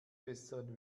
besseren